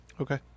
okay